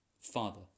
Father